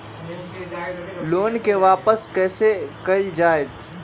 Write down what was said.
Loan के वापस कैसे कैल जतय?